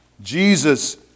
Jesus